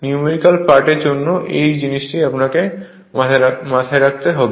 numerical part জন্য এই জিনিসটি আপনাকে এটি মাথায় রাখতে হবে